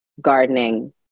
gardening